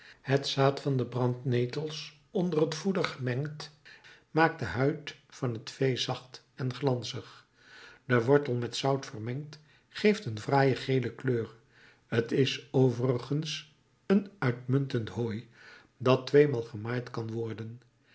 het zaad van de brandnetels onder het voeder gemengd maakt de huid van het vee zacht en glanzig de wortel met zout vermengd geeft een fraaie gele kleur t is overigens een uitmuntend hooi dat tweemaal gemaaid kan worden